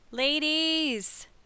Ladies